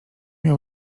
miał